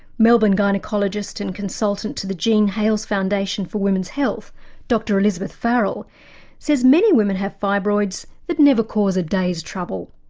melbourne gynaecologist and consultant to the jean hales foundation for women's health dr elizabeth elizabeth farrell says many women have fibroids that never cause a day's trouble.